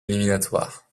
éliminatoires